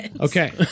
Okay